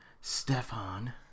Stefan